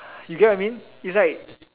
you get what I mean it's like